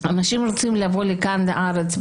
אנשים רוצים לבוא לכאן לארץ,